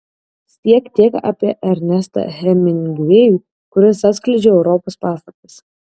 siek tiek apie ernestą hemingvėjų kuris atskleidžia europos paslaptis